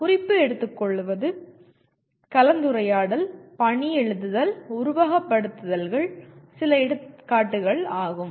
குறிப்பு எடுத்துக்கொள்வது கலந்துரையாடல் பணி எழுதுதல் உருவகப்படுத்துதல்கள் சில எடுத்துக்காட்டுகள் ஆகும்